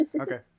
Okay